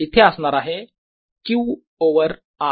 तर इथे असणार आहे q ओवर r